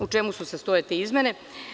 U čemu se sastoje te izmene?